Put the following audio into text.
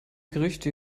gerüchte